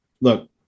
look